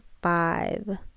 Five